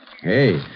Hey